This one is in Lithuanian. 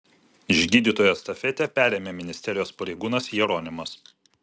iš gydytojų estafetę perėmė ministerijos pareigūnas jeronimas